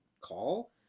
call